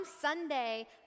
Sunday